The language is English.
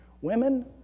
Women